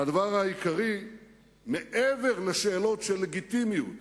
והדבר העיקרי מעבר לשאלות של לגיטימיות